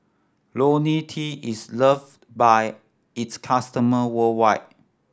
Ionil T is love by its customer worldwide